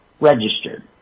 registered